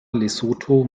lesotho